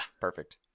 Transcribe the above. Perfect